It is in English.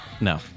No